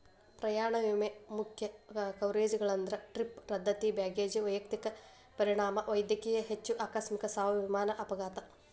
ಪ್ರಯಾಣ ವಿಮೆ ಮುಖ್ಯ ಕವರೇಜ್ಗಳಂದ್ರ ಟ್ರಿಪ್ ರದ್ದತಿ ಬ್ಯಾಗೇಜ್ ವೈಯಕ್ತಿಕ ಪರಿಣಾಮ ವೈದ್ಯಕೇಯ ವೆಚ್ಚ ಆಕಸ್ಮಿಕ ಸಾವು ವಿಮಾನ ಅಪಘಾತ